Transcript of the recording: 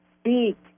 speak